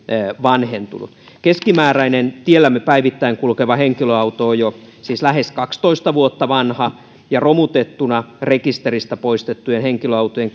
vanhentunut keskimääräinen teillämme päivittäin kulkeva henkilöauto on jo siis lähes kaksitoista vuotta vanha ja romutettuna rekisteristä poistettujen henkilöautojen